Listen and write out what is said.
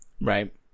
Right